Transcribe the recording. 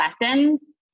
lessons